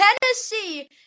Tennessee